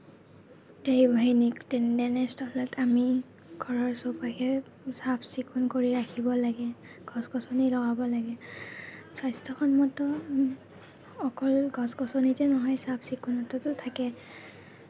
তেনেস্থলত আমি ঘৰৰ চৌপাশে চাফ চিকুণ কৰি ৰাখিব লাগে গছ গছনি লগাব লাগে স্বাস্থ্যসন্মত অকল গছগছনিতে নহয় চাফ চিকুণতাতো থাকে